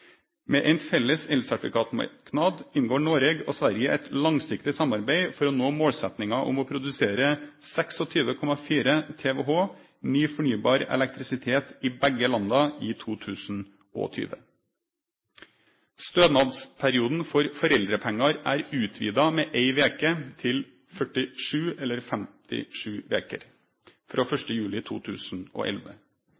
Med ein felles elsertifikatmarknad inngår Noreg og Sverige eit langsiktig samarbeid for å nå målsetjinga om å produsere 26,4 TWh ny fornybar elektrisitet i begge landa i 2020. Stønadsperioden for foreldrepengar er utvida med ei veke til 47/57 veker frå 1. juli 2011. Fedrekvoten er utvida med to veker